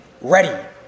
ready